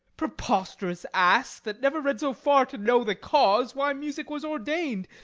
preposterous ass, that never read so far to know the cause why music was ordain'd!